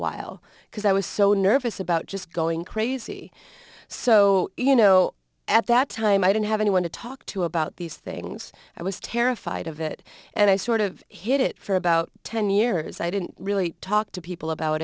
while because i was so nervous about just going crazy so you know at that time i didn't have anyone to talk to about these things i was terrified of it and i sort of hit it for about ten years i didn't really talk to people about